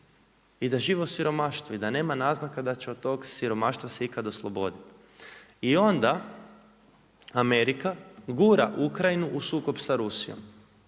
i da živi siromaštvo i da nema naznaka da će od tog siromaštva se ikada osloboditi. I onda Amerika gura Ukrajinu u sukob sa Rusijom.